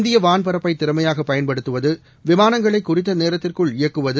இந்திய வான்பரப்பை திறமையாக பயன்படுத்துவது விமானங்களை குறித்த நேரத்திற்குள் இயக்குவது